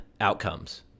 outcomes